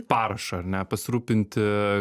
parašą ar ne pasirūpinti